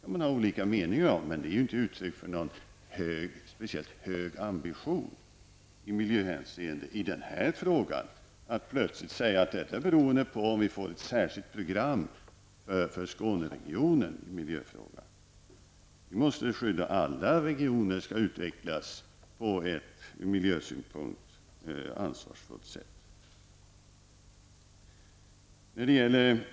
Man kan ha olika meningar om detta, men det är inte uttryck för någon speciellt hög ambition i miljöhänseende i denna fråga att plötsligt säga att avgörande för miljöfrågan är om vi får ett särskilt program för Skåneregionen. Vi måste skydda alla regioner och se till att de kan utvecklas på ett ur miljösynpunkt ansvarsfullt sätt.